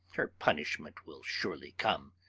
her punishment will surely come,